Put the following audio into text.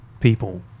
people